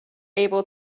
able